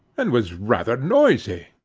and was rather noisy.